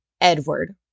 Edward